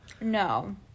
No